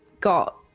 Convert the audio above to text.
got